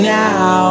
now